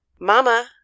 Mama